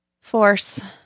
Force